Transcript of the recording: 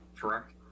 correct